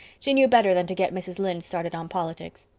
she knew better than to get mrs. lynde started on politics.